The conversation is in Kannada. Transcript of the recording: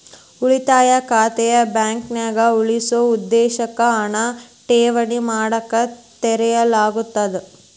ಉಳಿತಾಯ ಖಾತೆನ ಬಾಂಕ್ನ್ಯಾಗ ಉಳಿಸೊ ಉದ್ದೇಶಕ್ಕ ಹಣನ ಠೇವಣಿ ಮಾಡಕ ತೆರೆಯಲಾಗ್ತದ